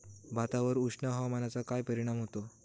भातावर उष्ण हवामानाचा काय परिणाम होतो?